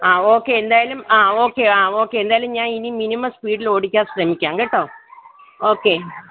ആ ഓക്കെ എന്തായാലും ആ ഓക്കെ ആ ഓക്കെ എന്തായാലും ഞാനിനി മിനിമം സ്പീഡിൽ ഓടിക്കാൻ ശ്രമിക്കാം കേട്ടോ ഓക്കെ